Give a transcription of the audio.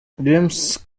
james